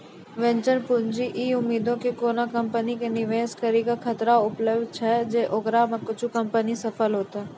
venture पूंजी इ उम्मीदो से कोनो कंपनी मे निवेश करै के खतरा उठाबै छै जे ओकरा मे कुछे कंपनी सफल होतै